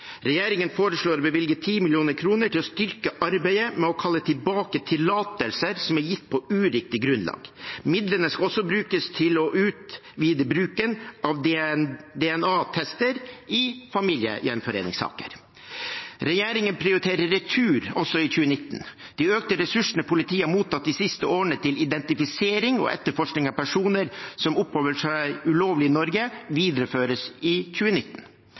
Regjeringen foreslår å bevilge 10 mill. kr til å styrke arbeidet med å kalle tilbake tillatelser som er gitt på uriktig grunnlag. Midlene skal også brukes til å utvide bruken av DNA-tester i familiegjenforeningssaker. Regjeringen prioriterer retur også i 2019. De økte ressursene politiet har mottatt de siste årene til identifisering og etterforskning av personer som oppholder seg ulovlig i Norge, videreføres i 2019.